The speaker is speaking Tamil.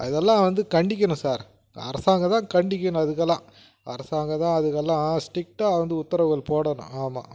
இதெல்லாம் வந்து கண்டிக்கணும் சார் இப்போ அரசாங்கம் தான் கண்டிக்கணும் இதுக்கெல்லாம் அரசாங்கம் தான் அதுக்கெல்லாம் ஸ்ட்ரிக்ட்டாக வந்து உத்தரவுகள் போடணும் ஆமாம் ம்